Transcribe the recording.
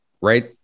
right